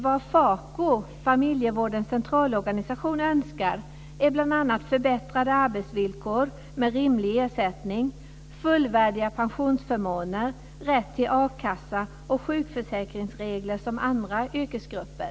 Vad FaCO, Familjevårdens Centralorganisation önskar är bl.a. förbättrade arbetsvillkor med rimlig ersättning, fullvärdiga pensionsförmåner, rätt till akassa och sjukförsäkringsregler som andra yrkesgrupper.